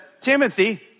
Timothy